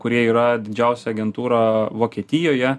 kurie yra didžiausia agentūrą vokietijoje